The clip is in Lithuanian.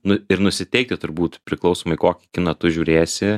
nu ir nusiteikti turbūt priklausomai kokį kiną tu žiūrėsi